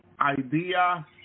idea